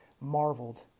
marveled